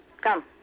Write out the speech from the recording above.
Come